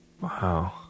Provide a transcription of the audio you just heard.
Wow